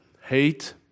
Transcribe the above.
hate